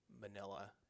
Manila